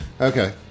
Okay